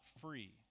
free